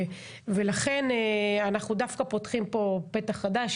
ולכן אנחנו דווקא פותחים פה פתח חדש,